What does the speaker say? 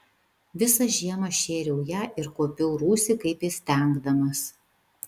visą žiemą šėriau ją ir kuopiau rūsį kaip įstengdamas